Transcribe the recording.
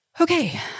okay